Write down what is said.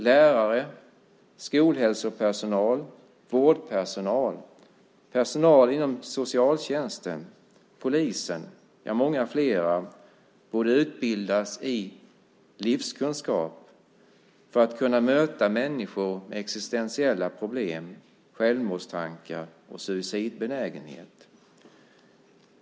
Lärare, skolhälsopersonal, vårdpersonal, personal inom socialtjänsten, polisen och många flera borde utbildas i livskunskap för att kunna möta människor med existentiella problem, självmordstankar och suicidbenägenhet.